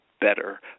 better